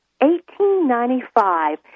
1895